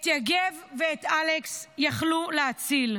את יגב ואת אלכס יכלו להציל.